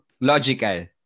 logical